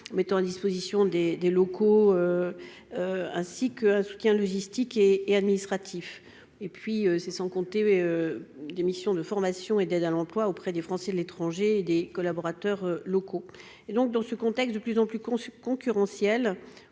mise à disposition de locaux ainsi que d'un soutien logistique et administratif, sans parler des missions de formation et d'aide à l'emploi menées auprès des Français de l'étranger et des collaborateurs locaux. Dans un contexte de plus en plus concurrentiel,